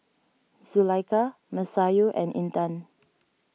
Zulaikha Masayu and Intan